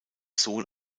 sohn